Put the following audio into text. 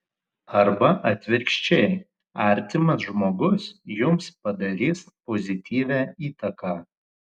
arba atvirkščiai artimas žmogus jums padarys pozityvią įtaką